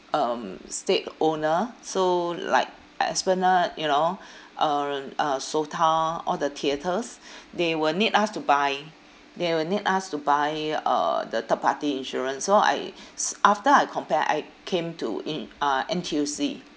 um stage owner so like esplanade you know um uh SOTA all the theatres they will need us to buy they will need us to buy uh the third party insurance so I s~ after I compare I came to in uh N_T_U_C